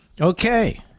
Okay